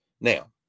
Now